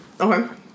Okay